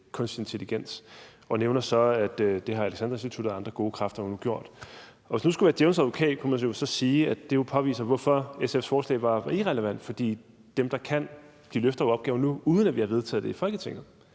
kunstig intelligens, og nævner så, at det har Alexandra Instituttet og andre gode kræfter nu gjort. Og hvis man nu skulle være djævelens advokat, kunne man sige, at det jo påviser, hvorfor SF's forslag var irrelevant. For dem, der kan, løfter nu opgaven, uden at vi har vedtaget det i Folketinget.